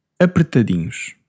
apertadinhos